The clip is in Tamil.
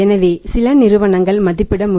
இப்பொழுது இதை வங்கிகள் இடமே விட்டுவிட்டது